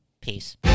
Peace